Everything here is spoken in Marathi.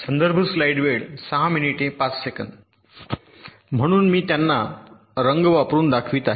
म्हणून मी त्यांना रंग वापरुन दाखवित आहे